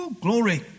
glory